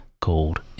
called